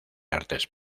artes